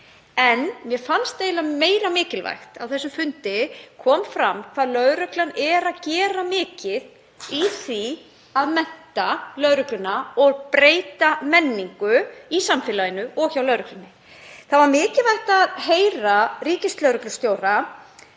En mér fannst eiginlega meira mikilvægt að á þessum fundi kom fram hvað lögreglan er að gera mikið í því að mennta lögregluna og breyta menningu í samfélaginu og hjá lögreglunni. Það var mikilvægt að heyra ríkislögreglustjóra